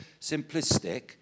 simplistic